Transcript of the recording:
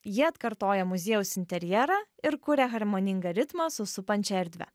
jie atkartoja muziejaus interjerą ir kuria harmoningą ritmą su supančia erdve